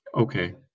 Okay